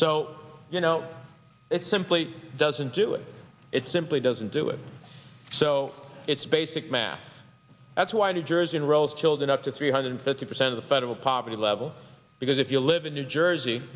so you know it simply doesn't do it it simply doesn't do it so it's basic math that's why the jersey unrolls children up to three hundred fifty percent of federal poverty level because if you live in new jersey